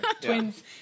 twins